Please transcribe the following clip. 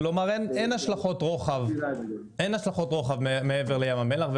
כלומר אין השלכות רוחב מעבר לים המלח.